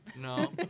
No